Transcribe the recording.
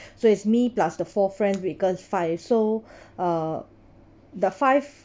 so it's me plus the four friends becomes five so uh the five